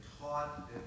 taught